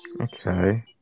Okay